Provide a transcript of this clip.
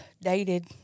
dated